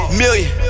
million